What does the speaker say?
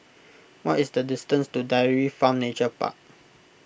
what is the distance to Dairy Farm Nature Park